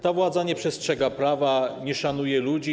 Ta władza nie przestrzega prawa, nie szanuje ludzi.